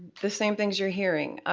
the same things you're hearing.